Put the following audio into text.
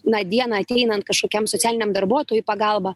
na dieną ateinant kašokiam socialiniam darbuotojui pagalba